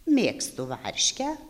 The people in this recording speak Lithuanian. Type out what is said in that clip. mėgstu varškę